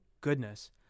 goodness